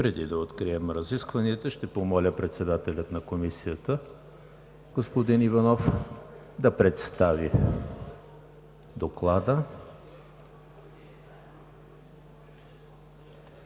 Преди да открием разискванията, ще помоля председателя на Комисията господин Иванов да представи Доклада.